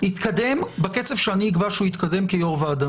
נתקדם בקצב שאני כיושב ראש ועדה אקבע שהוא יתקדם ובמקום